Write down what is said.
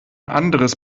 anderes